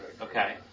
Okay